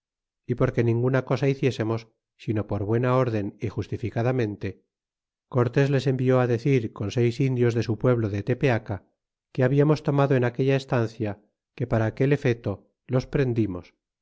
é porque ninguna cosa hiciésemos sino por buena den y justificadamente cortés les envió á decir con seis indios de su pueblo de tepeaca que hablamos tomado en aquella estancia que para aquel efeto los prendimos